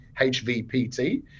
hvpt